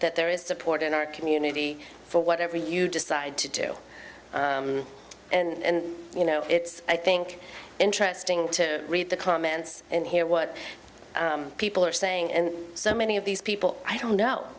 that there is support in our community for whatever you decide to do and you know it's i think interesting to read the comments and hear what people are saying and so many of these people i don't know